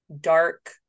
dark